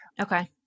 Okay